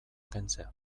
kentzea